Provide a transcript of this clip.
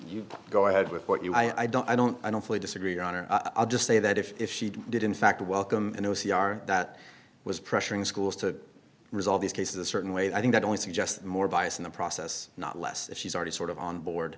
you go ahead with what you i don't i don't i don't fully disagree on or i'll just say that if she did in fact welcome an o c r that was pressuring schools to resolve these cases a certain way i think that only suggest more bias in the process not less if she's already sort of on board